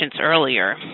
earlier